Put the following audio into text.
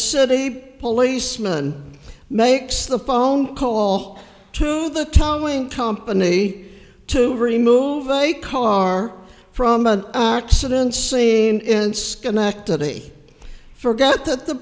city policeman makes the phone call to the towing company to remove a car from an accident scene in schenectady forget that the